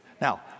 Now